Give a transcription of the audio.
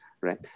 right